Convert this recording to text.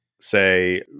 say